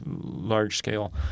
large-scale